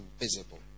invisible